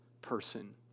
person